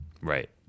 Right